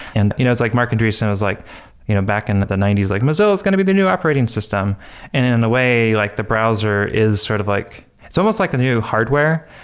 and you know it's like mark andresen was like you know back in the the ninety s like, mozila is going to be the new operating system, and in a way, like the browser is sort of like it's almost like the new hardware,